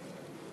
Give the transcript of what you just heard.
נגד